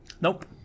Nope